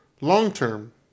long-term